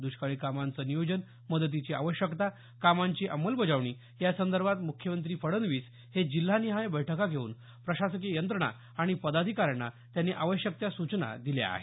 दष्काळी कामांचं नियोजन मदतीची आवश्यकता कामांची अंमलबजावणी या संदर्भात मुख्यमंत्री फडणवीस हे जिल्हानिहाय बैठका घेऊन प्रशासकीय यंत्रणा आणि पदाधिकाऱ्यांना त्यांनी आवश्यक त्या सूचना दिल्या आहेत